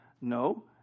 No